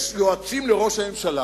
יש יועצים לראש הממשלה,